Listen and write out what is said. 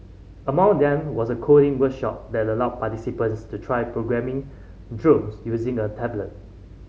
among them was a coding workshop that allowed participants to try programming using a tablet